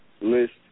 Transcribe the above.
list